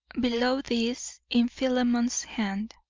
below this in philemon's hand